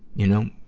you know,